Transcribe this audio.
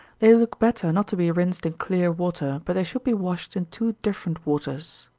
they look better not to be rinsed in clear water, but they should be washed in two different waters.